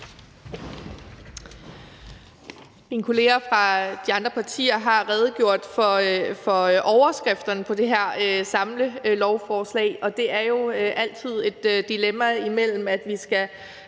Mine kolleger fra de andre partier har redegjort for overskrifterne på det her samlelovforslag, og det er jo altid et dilemma imellem at sidde